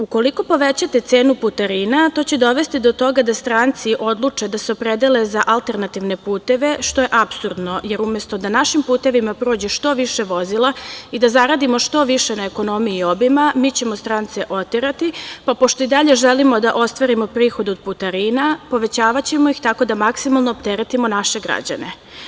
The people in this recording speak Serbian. Ukoliko povećate cenu putarina, to će dovesti do toga da stranci odluče da se opredele za alternativne puteve, što je apsurdno, jer umesto da našim putevima prođe što više vozila i da zaradimo što više na ekonomiji obima, mi ćemo strance oterati, pa pošto i dalje želimo da ostvarimo prihod od putarina, povećavaćemo ih tako da maksimalno opteretimo naše građane.